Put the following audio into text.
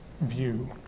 view